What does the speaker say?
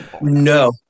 No